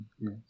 Yes